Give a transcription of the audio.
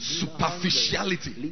superficiality